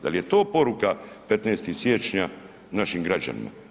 Da li je to poruka 15. siječnja našim građanima?